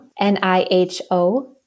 n-i-h-o